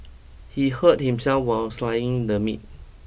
he hurt himself while slicing the meat